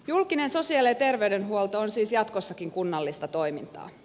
julkinen sosiaali ja terveydenhuolto on siis jatkossakin kunnallista toimintaa